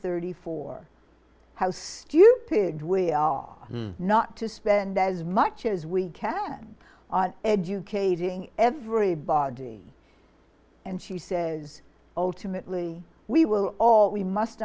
thirty four house stupid way are not to spend as much as we can on educating everybody and she says ultimately we will all we must